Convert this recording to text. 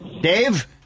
Dave